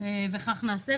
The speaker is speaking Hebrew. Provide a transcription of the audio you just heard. וכך נעשה.